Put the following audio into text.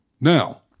Now